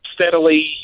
steadily